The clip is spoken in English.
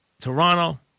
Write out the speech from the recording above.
Toronto